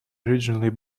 originally